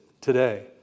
today